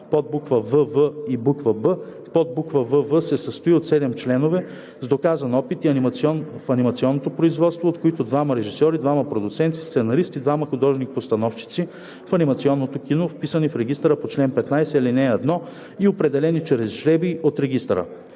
подбуква „вв“ и буква „б“, подбуква „вв“ се състои от 7 членове с доказан опит в анимационното филмопроизводство, от които – двама режисьори, двама продуценти, сценарист и двама художник-постановчици в анимационното кино, вписани в регистъра по чл. 15, ал. 1 и определени чрез жребий от регистъра.